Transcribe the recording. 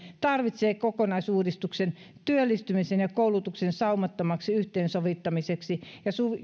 tarvitsee kokonaisuudistuksen työllistymisen ja koulutuksen saumattomaksi yhteensovittamiseksi ja